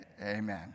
amen